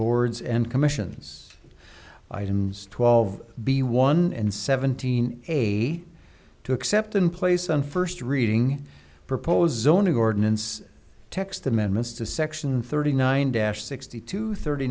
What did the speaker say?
boards and commissions items twelve b one and seventeen eighty two except in place on first reading proposes only ordinance text amendments to section thirty nine dash sixty two thirty